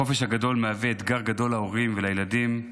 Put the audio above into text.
החופש הגדול מהווה אתגר גדול להורים ולילדים,